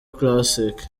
classic